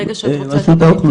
ברגע שאת רוצה לקבל היתר?